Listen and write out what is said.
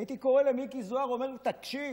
הייתי קורא למיקי זוהר ואומר: תקשיב,